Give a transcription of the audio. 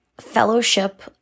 Fellowship